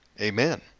Amen